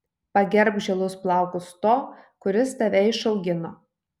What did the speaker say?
pagerbk žilus plaukus to kuris tave išaugino